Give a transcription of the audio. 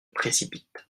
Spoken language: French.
précipite